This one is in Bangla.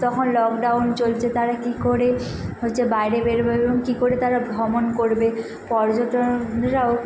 তখন লকডাউন চলছে তারা কী করে হচ্ছে বাইরে বেরোবে এবং কী করে তারা ভ্রমণ করবে পর্যটনরাও